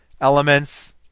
elements